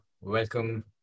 welcome